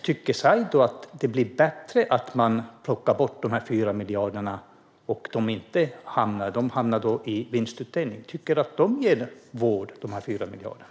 Tycker du att det är bättre när dessa 4 miljarder försvinner från välfärden och blir vinstutdelning?